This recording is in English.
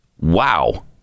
Wow